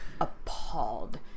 appalled